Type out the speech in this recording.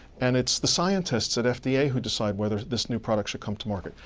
and it's the scientists at fda who decide whether this new product should come to market.